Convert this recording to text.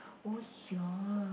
oh ya